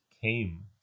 came